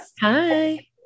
Hi